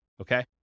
Okay